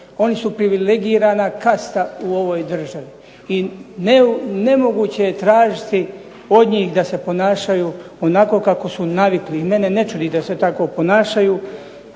Oni su privilegirana kasta u ovoj državi i nemoguće je tražiti od njih da se ponašaju onako kako su navikli. I mene ne čudi da se tako ponašaju,